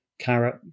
Carrot